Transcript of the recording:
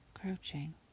crouching